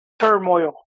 turmoil